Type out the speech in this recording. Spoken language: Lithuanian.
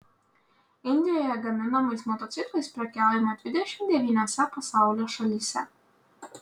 indijoje gaminamais motociklais prekiaujama dvidešimt devyniose pasaulio šalyse